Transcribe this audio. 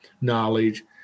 knowledge